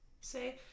Say